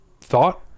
thought